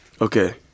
Okay